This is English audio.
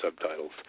subtitles